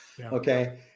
Okay